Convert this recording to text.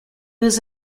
was